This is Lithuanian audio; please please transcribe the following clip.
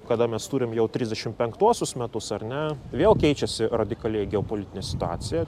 kada mes turim jau trisdešimt penktuosius metus ar ne vėl keičiasi radikaliai geopolitinė situacija